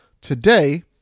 today